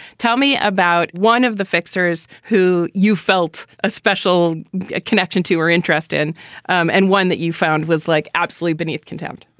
tell me about one of the fixers who you felt a special connection to or interest in and one that you found was like absolutely beneath contempt.